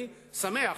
אני שמח.